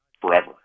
forever